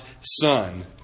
Son